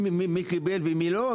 מי קיבל ומי לא,